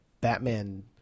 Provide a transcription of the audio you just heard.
Batman